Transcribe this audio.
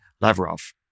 Lavrov